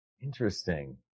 Interesting